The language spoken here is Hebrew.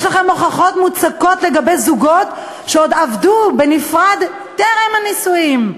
יש לכם הוכחות מוצקות לגבי זוגות שעוד עבדו בנפרד טרם הנישואים.